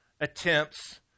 attempts